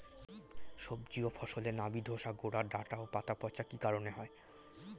সবজি ও ফসলে নাবি ধসা গোরা ডাঁটা ও পাতা পচা কি কারণে হয়?